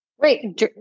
Wait